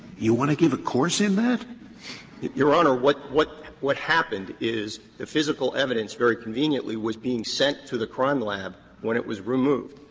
you want to give a course in that? cooney your honor, what what what happened is the physical evidence very conveniently was being sent to the crime lab when it was removed.